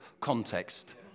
context